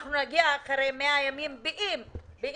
אנחנו נגיע אחרי 100 ימים, אם נגיע,